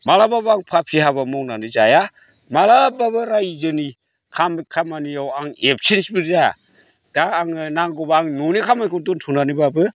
माब्लाबाबो आं फाफि हाबा मावनानै जाया माब्लाबाबो रायजोनि खामानियाव आं एबसेन्टबो जाया दा आङो नांगौबा आं न'नि खामानिखौ दोनथ'नानैबाबो